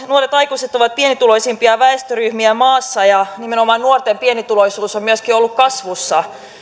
nuoret aikuiset ovat pienituloisimpia väestöryhmiä maassa ja nimenomaan nuorten pienituloisuus on myöskin ollut kasvussa